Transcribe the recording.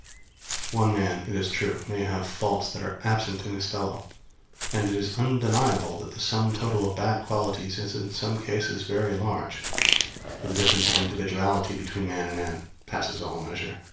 one man, it is true, may have faults that are absent in his fellow and it is undeniable that the sum total of bad qualities is in some cases very large for the difference of individuality between man and man passes all measure.